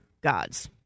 gods